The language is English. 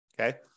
Okay